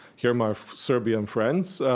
here my serbian friends,